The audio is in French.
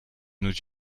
nos